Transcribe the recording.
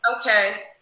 Okay